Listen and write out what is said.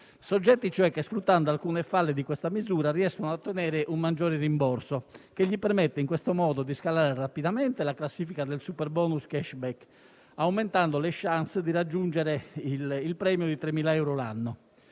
soggetti che, sfruttando alcune falle di questa misura, riescono a ottenere un maggiore rimborso, che permette loro di scalare rapidamente la classifica del superbonus *cashback*, aumentando le *chance* di raggiungere il premio di 3.000 euro l'anno.